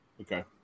Okay